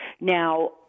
now